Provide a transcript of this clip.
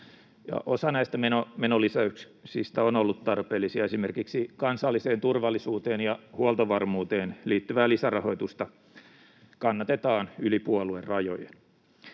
osa näistä menolisäyksistä on ollut tarpeellisia; esimerkiksi kansalliseen turvallisuuteen ja huoltovarmuuteen liittyvää lisärahoitusta kannatetaan yli puoluerajojen.